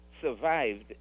survived